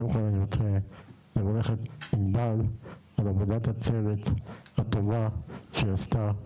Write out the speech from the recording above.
אני קודם כל רוצה לברך את ענבל על עבודת הצוות הטובה שהיא עשתה,